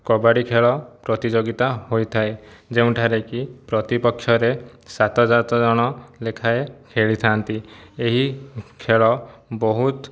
କବାଡ଼ି ଖେଳ ପ୍ରତିଯୋଗିତା ହୋଇଥାଏ ଯେଉଁଠାରେକି ପ୍ରତିପକ୍ଷରେ ସାତ ସାତଜଣ ଲେଖାଏଁ ଖେଳିଥାନ୍ତି ଏହି ଖେଳ ବହୁତ